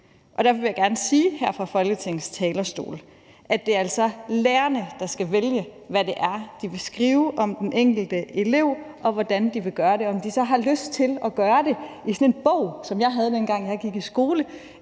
Derfor vil jeg gerne sige her fra Folketingets talerstol, at det altså er lærerne, der skal vælge, hvad det er, de vil skrive om den enkelte elev, og hvordan de vil gøre det. Hvis de så har lyst til at gøre det i sådan en bog, som jeg havde, dengang jeg gik i skole,